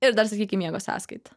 ir dar sakykim miego sąskaita